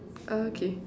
oh okay